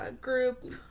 group